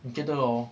你觉得 hor